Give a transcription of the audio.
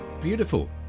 beautiful